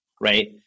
right